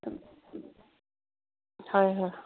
ꯍꯣꯏ ꯍꯣꯏ